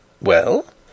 Well